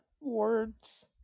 words